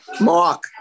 Mark